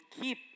keep